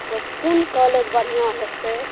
तऽ कोन कॉलेज बढ़िऑं हेतै